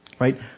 right